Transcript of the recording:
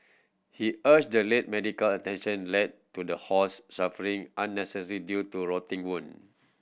he argued the late medical attention led to the horse suffering unnecessary due to rotting wound